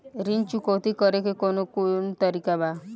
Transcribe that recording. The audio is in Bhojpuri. ऋण चुकौती करेके कौन कोन तरीका बा?